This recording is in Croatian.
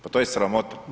Pa to je sramota